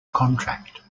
contract